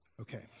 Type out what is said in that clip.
Okay